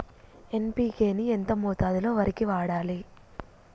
NPK ని ఎంత మోతాదులో వరికి వాడాలి?